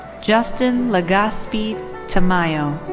justin legaspi tamayo.